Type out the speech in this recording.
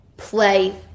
play